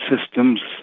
systems